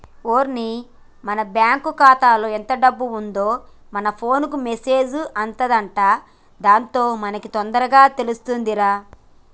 ఓరిని మన బ్యాంకు ఖాతాలో ఎంత డబ్బు ఉందో మన ఫోన్ కు మెసేజ్ అత్తదంట దాంతో మనకి తొందరగా తెలుతుందిరా